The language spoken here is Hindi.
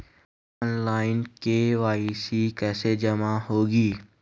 ऑनलाइन के.वाई.सी कैसे जमा होगी?